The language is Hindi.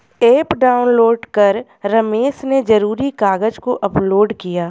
ऐप डाउनलोड कर रमेश ने ज़रूरी कागज़ को अपलोड किया